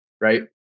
Right